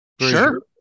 sure